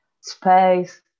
space